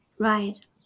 Right